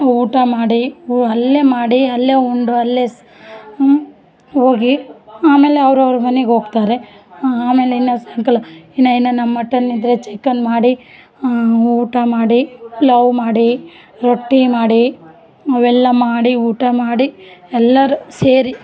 ಊಟ ಮಾಡಿ ಉ ಅಲ್ಲೇ ಮಾಡಿ ಅಲ್ಲೇ ಉಂಡು ಅಲ್ಲೇ ಹೋಗಿ ಆಮೇಲೆ ಅವರವ್ರ ಮನೆಗ್ ಹೋಗ್ತಾರೆ ಆಮೇಲೆ ಇನ್ನು ಸಾಯಂಕಾಲ ಇನ್ನು ಏನನ್ ಮಟನ್ ಇದ್ರೆ ಚಿಕನ್ ಮಾಡಿ ಊಟ ಮಾಡಿ ಪಲಾವ್ ಮಾಡಿ ರೊಟ್ಟಿ ಮಾಡಿ ಅವೆಲ್ಲ ಮಾಡಿ ಊಟ ಮಾಡಿ ಎಲ್ಲರು ಸೇರಿ